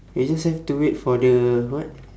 we just have to wait for the what